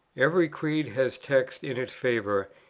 every creed has texts in its favour,